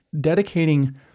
dedicating